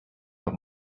los